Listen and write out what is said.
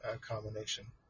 combination